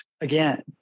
again